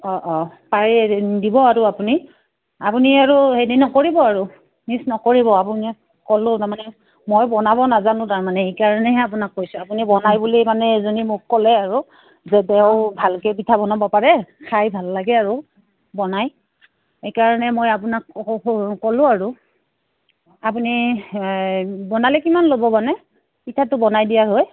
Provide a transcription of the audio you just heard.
অঁ অঁ পাৰে দিব আৰু আপুনি আপুনি আৰু হেৰি নকৰিব আৰু মিচ নকৰিব আপোনাক ক'লো তাৰমানে মই বনাব নাজানো তাৰমানে সেইকাৰণেহে আপোনাক কৈছোঁ আপুনি বনাই বুলি মানে এজনীয়ে মোক ক'লে আৰু যে তেওঁ ভালকে পিঠা বনাব পাৰে খাই ভাল লাগে আৰু বনাই সেইকাৰণে মই আপোনাক ক'লোঁ আৰু আপুনি বনালে কিমান ল'ব মানে পিঠাটো বনাই দিয়া